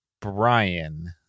Brian